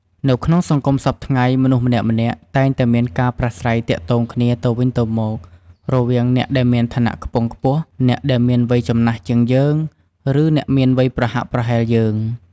នៅក្នុងសង្គមសព្វថ្ងៃមនុស្សម្នាក់ៗតែងតែមានការប្រាស្រ័យទាក់ទងគ្នាទៅវិញទៅមករវាងអ្នកដែលមានឋានៈខ្ពង់ខ្ពស់ អ្នកដែលមានវ័យចំណាស់ជាងយើងឬអ្នកមានវ័យប្រហាក់ប្រហែលយើង។